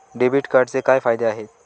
Debit कार्डचे काय फायदे आहेत?